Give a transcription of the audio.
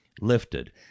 lifted